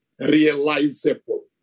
realizable